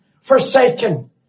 forsaken